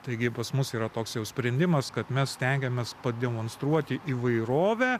taigi pas mus yra toks jau sprendimas kad mes stengiamės pademonstruoti įvairovę